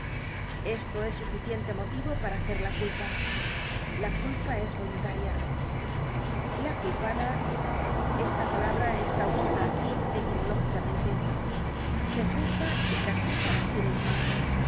esto es suficiente motivo para hacer la culpa la culpa es voluntaria la culpada esta palabra está usada aquí etimológicamente se juzga y castiga á sí misma